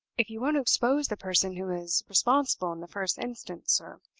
if you won't expose the person who is responsible in the first instance, sir,